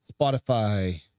Spotify